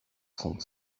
sont